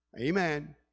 Amen